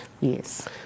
Yes